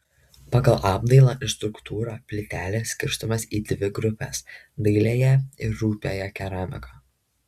pagal apdailą ir struktūrą plytelės skirstomos į dvi grupes dailiąją ir rupiąją keramiką